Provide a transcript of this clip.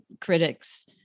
critics